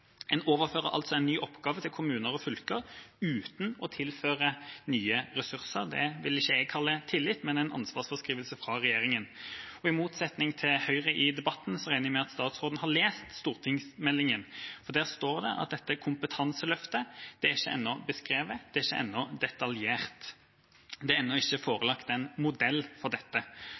En overfører altså en ny oppgave til kommuner og fylker uten å tilføre nye ressurser. Det vil ikke jeg kalle tillit, men ansvarsfraskrivelse fra regjeringas side. I motsetning til Høyre her i debatten regner jeg med at statsråden har lest stortingsmeldinga. Der står det at dette kompetanseløftet ennå ikke er beskrevet, det er ennå ikke detaljert, det foreligger ennå ikke en modell for dette.